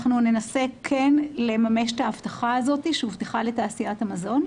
אנחנו ננסה כן לממש את ההבטחה הזאת שהובטחה לתעשיית המזון.